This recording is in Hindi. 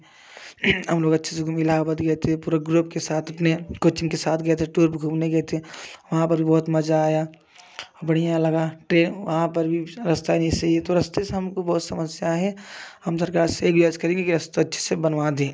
हम लोग अच्छे से घूम इलाहाबाद भी गए थे अच्छे से पूरा ग्रुप के साथ अपने कोचिंग के साथ गए तो टूर पर घूमने गए थे वहाँ पर भी बहुत मज़ा आया बढ़िया लगा ट्रेन वहाँ पर भी रस्ता नहीं सही है तो रास्ते से हमको बहुत समस्या है हम सरकार से बस कहेंगे कि रस्ता अच्छे से बनवा दें